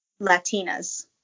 Latinas